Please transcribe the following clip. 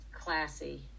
classy